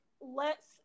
lets